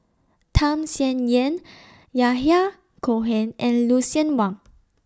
Tham Sien Yen Yahya Cohen and Lucien Wang